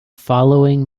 following